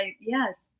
yes